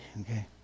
Okay